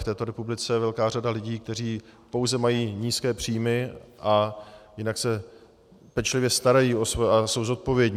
V této republice je velká řada lidí, kteří pouze mají nízké příjmy a jinak se pečlivě starají a jsou zodpovědní.